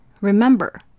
remember